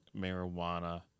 marijuana